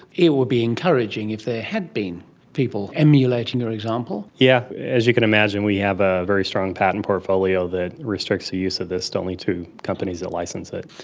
it would be encouraging if there had been people emulating your example. yes, yeah as you could imagine we have a very strong patent portfolio that restricts the use of this to only two companies that licence it.